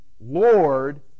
Lord